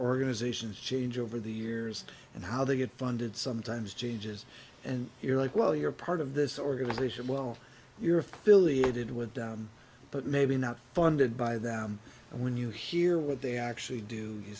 organizations change over the years and how they get funded sometimes changes and you're like well you're part of this organization well you're affiliated with but maybe not funded by them and when you hear what they actually do you